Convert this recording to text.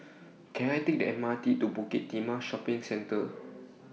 Can I Take The M R T to Bukit Timah Shopping Centre